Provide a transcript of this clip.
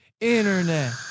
internet